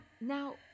Now